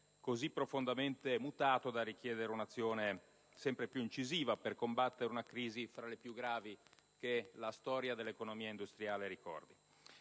così profondamente mutato da richiedere un'azione sempre più incisiva per combattere una crisi tra le più gravi che la storia dell'economia industriale ricordi.